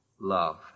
love